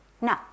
No